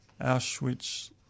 Auschwitz